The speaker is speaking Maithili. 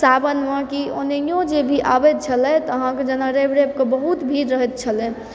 सावनमे की ओनेहियो जे भी आबैत छलै अहाँके जेना रवि रविके बहुत भीड़ रहैत छलै